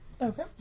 Okay